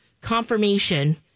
confirmation